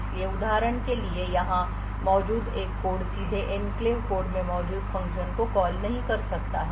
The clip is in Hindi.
इसलिए उदाहरण के लिए यहां मौजूद एक कोड सीधे एन्क्लेव कोड में मौजूद फ़ंक्शन को कॉल नहीं कर सकता है